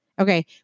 Okay